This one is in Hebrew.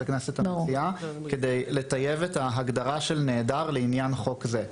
הכנסת המציעה כדי לטייב את ההגדרה של נעדר לעניין חוק זה.